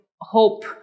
hope